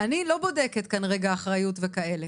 אני לא בודקת כאן רגע אחריות וכאלה.